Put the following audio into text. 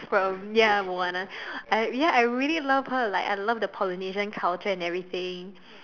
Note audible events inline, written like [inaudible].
from ya Moana [breath] I ya I really love her like I love the Polynesian culture and everything